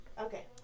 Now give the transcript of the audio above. Okay